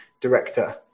director